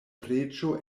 preĝo